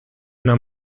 una